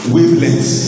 wavelengths